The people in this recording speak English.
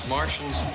Martians